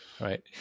right